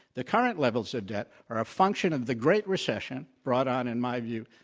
the current levels of debt are a function of the great recession brought on, in my view,